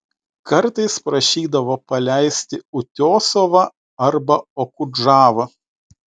kartais prašydavo paleisti utiosovą arba okudžavą